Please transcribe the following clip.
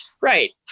right